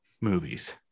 movies